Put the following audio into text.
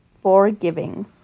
Forgiving